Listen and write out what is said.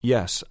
Yes